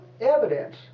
evidence